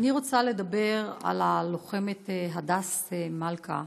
אני רוצה לדבר על הלוחמת הדס מלכא